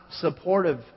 supportive